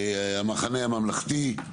המחנה הממלכתי,